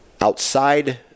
outside